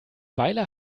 weile